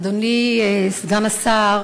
אדוני סגן השר,